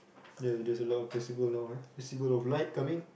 the there's a lot of festival now ah festival of light coming